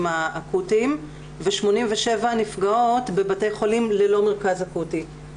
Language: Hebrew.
האקוטיים ו-87 נפגעות בבתי חולים ללא מרכז אקוטי.